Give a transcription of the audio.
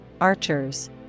archers